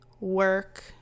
work